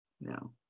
No